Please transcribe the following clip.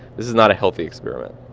this is not a healthy experiment.